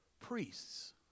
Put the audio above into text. priests